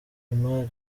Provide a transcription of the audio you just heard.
imari